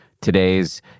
today's